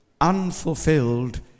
Unfulfilled